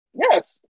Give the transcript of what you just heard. Yes